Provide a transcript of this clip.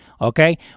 Okay